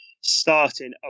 starting